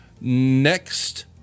next